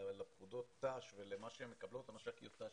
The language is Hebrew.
לפקודות ת"ש ולמה שמקבלות מש"קיות ת"ש